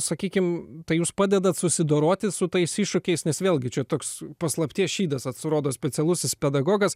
sakykime tai jūs padedate susidoroti su tais iššūkiais nes vėlgi čia toks paslapties šydas atrodo specialusis pedagogas